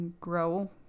grow